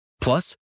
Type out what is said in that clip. Plus